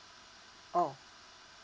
oh